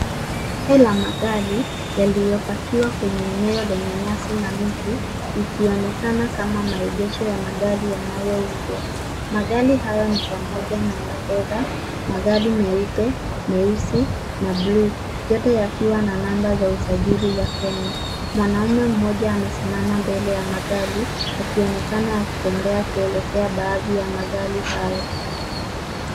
Kundi la magari yaliyopakiwa kwenye eneo lenye nyasi na miti, ikionekana kama maegesho ya magari yanayouzwa. Magari hayo ni pamoja na ya fedha, magari meupe, meusi na buluu. Yote yakiwa na namba za usajili za Kenya. Mwanaume mmoja amesimama mbele ya magari akionekana akitembea kuelekea baadhi ya magari hayo.